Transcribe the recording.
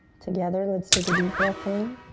together and let's take a deep breath in.